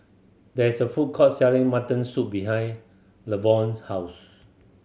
there is a food court selling mutton soup behind Levon's house